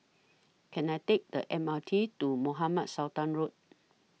Can I Take The M R T to Mohamed Sultan Road